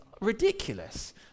ridiculous